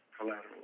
collateral